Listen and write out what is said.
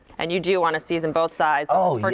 and you do want to season both sides. ah